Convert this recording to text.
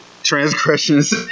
Transgressions